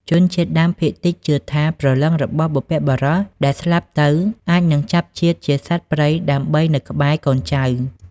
ជនជាតិដើមភាគតិចជឿថា ព្រលឹងរបស់បុព្វបុរសដែលស្លាប់ទៅអាចនឹងចាប់ជាតិជាសត្វព្រៃដើម្បីនៅក្បែរកូនចៅ។